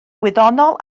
gwyddonol